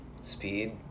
speed